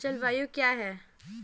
जलवायु क्या है?